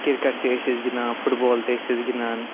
cricket تہِ ٲسۍ أسۍ گِنٛدان فُٹبال تہِ ٲسۍ أسۍ گِنٛدان